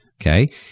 Okay